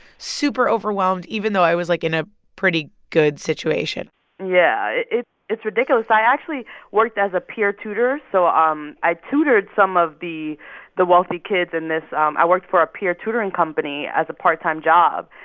super overwhelmed even though i was, like, in a pretty good situation yeah, it's ridiculous. i actually worked as a peer tutor. so um i tutored some of the the wealthy kids in this um i worked for a peer tutoring company as a part-time job.